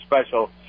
special